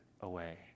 away